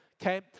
okay